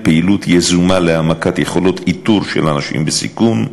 פעילות יזומה להעמקת יכולות איתור של אנשים בסיכון,